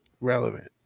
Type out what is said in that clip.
relevant